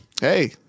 hey